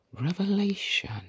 revelation